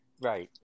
Right